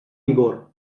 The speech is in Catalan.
vigor